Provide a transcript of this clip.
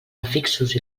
afixos